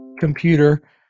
computer